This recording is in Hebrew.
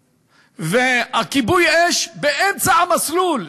המסלול, וכיבוי האש באמצע המסלול.